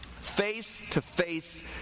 Face-to-face